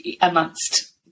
amongst